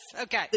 Okay